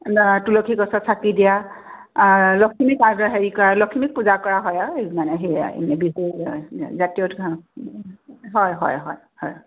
তুলসী গছত চাকি দিয়া লখিমী আদৰা হেৰি কৰা লখিমীক পূজা কৰা হয় মানে সেয়াই জাতীয় উৎসৱ হয় হয় হয় হয়